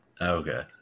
Okay